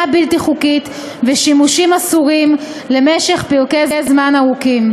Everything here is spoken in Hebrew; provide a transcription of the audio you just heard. בלתי חוקית ושימושים אסורים למשך פרקי זמן ארוכים.